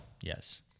Yes